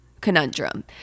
conundrum